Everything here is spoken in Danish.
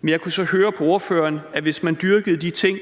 Men jeg kunne så høre på ordføreren, at hvis man dyrkede de ting,